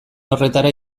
horretara